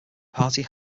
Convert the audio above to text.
party